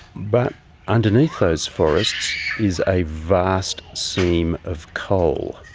but underneath those forests is a vast seam of coal,